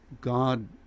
God